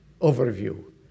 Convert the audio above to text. overview